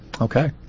Okay